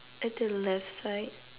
at the left side